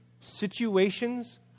situations